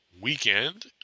weekend